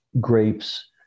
grapes